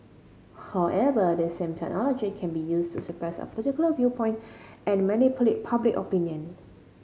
however this same technology can be used to suppress a particular viewpoint and manipulate public opinion